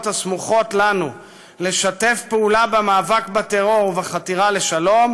הסמוכות לנו לשתף פעולה במאבק בטרור ובחתירה לשלום,